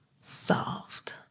solved